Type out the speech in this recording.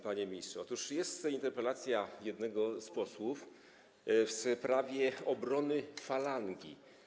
Panie ministrze, otóż jest interpelacja jednego z posłów w sprawie obrony Falangi.